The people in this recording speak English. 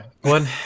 One